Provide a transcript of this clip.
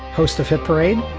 host of hit parade,